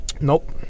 Nope